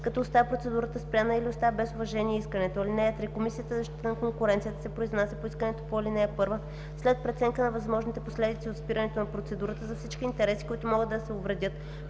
като оставя процедурата спряна или оставя без уважение искането. (3) Комисията за защита на конкуренцията се произнася по искането по ал. 1 след преценка на възможните последици от спиране на процедурата за всички интереси, които могат да се увредят,